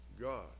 God